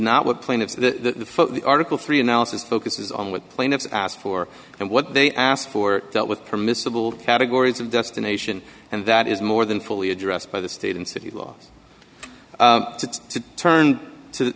not what plaintiffs the article three analysis focuses on with plaintiffs asked for and what they asked for dealt with permissible categories of destination and that is more than fully addressed by the state and city law to turn to